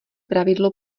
pravidlo